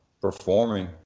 performing